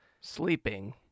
sleeping